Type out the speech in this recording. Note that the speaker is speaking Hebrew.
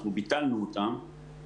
ביטלנו אותם,